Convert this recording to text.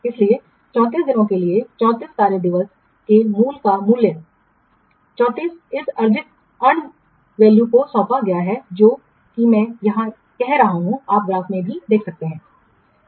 इसलिए 34 दिनों के लिए 34 कार्य दिवसों के मूल्य का मूल्य 34 इस अर्जित मूल्य को सौंपा गया है जो कि मैं यहां कह रहा हूं आप ग्राफ में भी देख सकते हैं